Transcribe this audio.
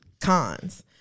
Cons